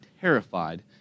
terrified